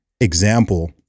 example